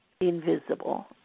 invisible